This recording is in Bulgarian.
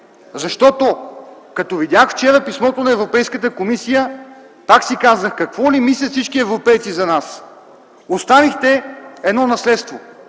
защото като видях вчера писмото на Европейската комисия, пак си казах: „Какво ли мислят всички европейци за нас?”. Оставихте едно наследство